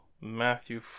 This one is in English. Matthew